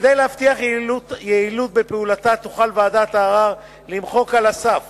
כדי להבטיח יעילות בפעולתה תוכל ועדת הערר למחוק על הסף